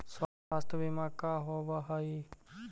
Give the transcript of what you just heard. स्वास्थ्य बीमा का होव हइ?